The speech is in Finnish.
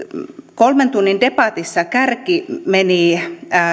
kolmen tunnin debatissa kärki meni